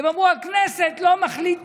הם אמרו: הכנסת לא מחליטה,